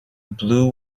blue